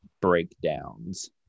breakdowns